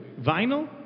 Vinyl